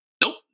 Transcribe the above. Nope